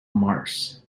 mars